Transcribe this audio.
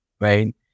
right